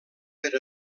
per